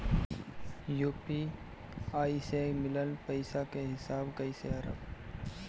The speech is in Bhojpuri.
यू.पी.आई से मिलल पईसा के हिसाब कइसे करब?